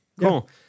Cool